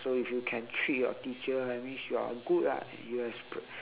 you can trick your teacher that means you are good ah you expert